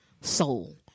Soul